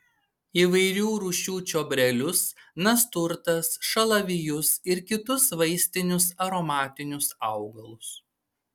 įvairių rūšių čiobrelius nasturtas šalavijus ir kitus vaistinius aromatinius augalus